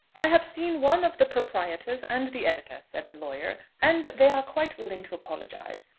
i have seen one of the proprietors and the editor, said the lawyer, and they are quite willing to apologise.